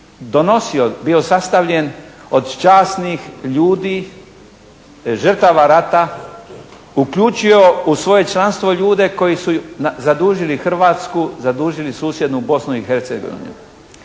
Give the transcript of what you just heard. donosio, bio sastavljen od časnih ljudi žrtava rata, uključio u svoje članstvo ljude koji zadužili Hrvatsku, zadužili susjednu Bosnu i Hercegovinu.